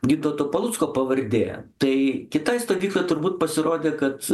gintauto palucko pavardė tai kitai stovyklai turbūt pasirodė kad